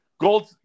Gold